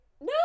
No